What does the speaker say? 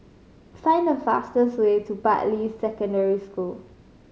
find the fastest way to Bartley Secondary School